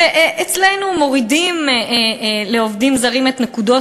ואצלנו מורידים לעובדים זרים את נקודות